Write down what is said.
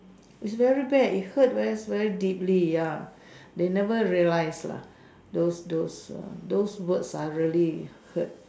is very bad is hurt very very deeply ya they never realise lah those those those word really hurt